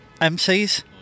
MCs